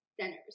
centers